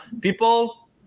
People